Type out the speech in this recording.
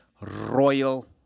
royal